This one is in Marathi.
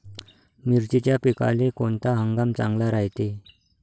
मिर्चीच्या पिकाले कोनता हंगाम चांगला रायते?